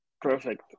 Perfect